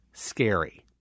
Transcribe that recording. Scary